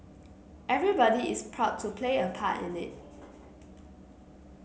everybody is proud to play a part in it